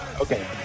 Okay